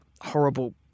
horrible